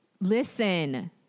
listen